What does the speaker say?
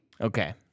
Okay